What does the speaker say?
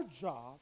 job